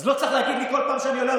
אז לא צריך להגיד לי בכל פעם שאני עולה על